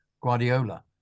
guardiola